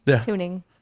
tuning